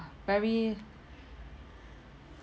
very